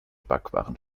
backwaren